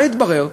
מה התברר?